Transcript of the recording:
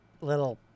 little